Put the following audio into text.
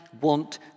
want